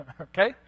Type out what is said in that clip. okay